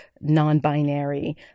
non-binary